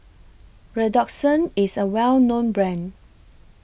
Redoxon IS A Well known Brand